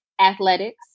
athletics